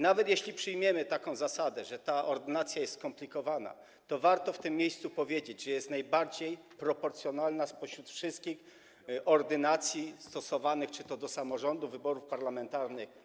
Nawet jeśli przyjmiemy taką zasadę, że ta ordynacja jest skomplikowana, to warto w tym miejscu powiedzieć, że jest najbardziej proporcjonalna spośród wszystkich ordynacji stosowanych w przypadku wyborów - do samorządów, parlamentarnych.